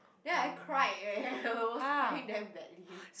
then I cried eh I was crying damn badly